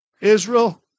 Israel